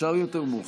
אפשר יותר מאוחר,